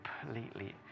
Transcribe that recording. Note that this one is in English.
completely